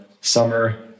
summer